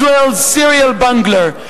Israel's serial bungler,